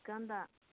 ꯗꯨꯀꯥꯟꯗ